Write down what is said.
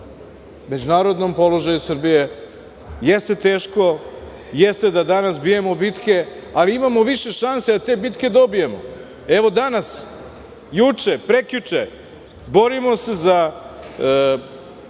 međunarodnom položaju Srbije. Jeste teško, jeste da danas bijemo bitke, ali imamo više šansi da te bitke dobijemo. Evo danas, juče, prekjuče, borimo se, kada